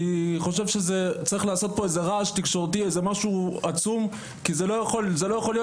אני חושב שצריך לעשות איזה רעש תקשורתי כי לא יכול להיות